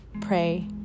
pray